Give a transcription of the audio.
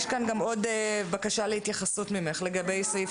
יש כאן גם עוד בקשה להתייחסות ממך לגבי סעיף